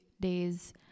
days